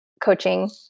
coaching